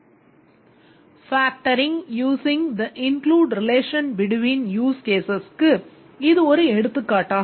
Factoring using the include relation between use casesக்கு இது ஒரு எடுத்துக்காட்டாகும்